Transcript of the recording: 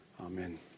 Amen